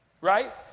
Right